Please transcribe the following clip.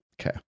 Okay